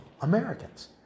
Americans